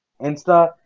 Insta